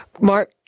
mark